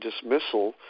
dismissal